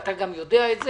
ואתה גם יודע את זה,